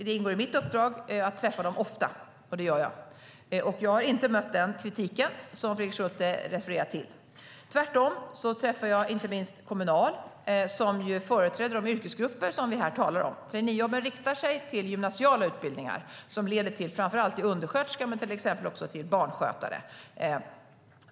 Det ingår i mitt uppdrag att träffa dem ofta, och det gör jag. Jag har inte mött den kritik som Fredrik Schulte refererar till, tvärtom. Jag träffar inte minst Kommunal som företräder de yrkesgrupper som vi här talar om. Traineejobben riktar sig till gymnasiala utbildningar som leder till framför allt undersköterska eller också till barnskötare.